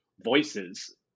voices